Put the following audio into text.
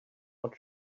what